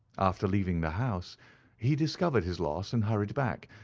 after leaving the house he discovered his loss and hurried back,